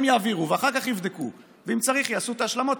ואחר כך יבדקו, ואם צריך יעשו את ההשלמות.